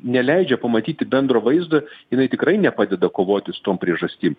neleidžia pamatyti bendro vaizdo jinai tikrai nepadeda kovoti su tom priežastim